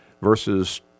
verses